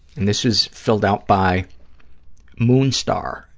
and this is filled out by moonstar,